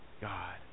God